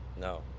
no